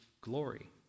glory